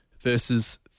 verses